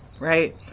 right